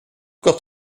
got